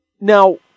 Now